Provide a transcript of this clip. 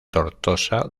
tortosa